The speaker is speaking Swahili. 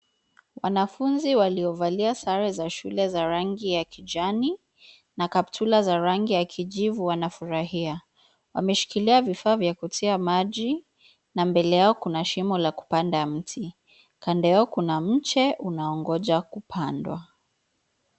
Wanafunzi waliovalia sare za shule za rangi ya kijani, na kaptula za rangi ya kijivu wanafurahia. Wameshikilia vifaa vya kutia maji, na mbele yao kuna shimo la kupanda mti. Kando yao kuna mche unaongoja kupandwa.